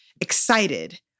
excited